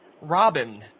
Robin